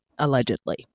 Allegedly